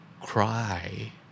cry